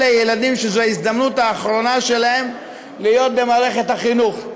אלה ילדים שזאת ההזדמנות האחרונה שלהם להיות במערכת החינוך.